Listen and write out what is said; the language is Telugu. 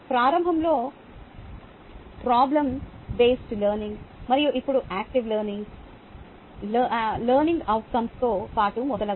ప్రారంభంలో ప్రోబ్లెమ్ బేస్డ్ లెర్నింగ్ మరియు ఇప్పుడు యాక్టివ్ లెర్నింగ్ లెర్నింగ్ అవుట్కంస్ తో పాటు మొదలగునవి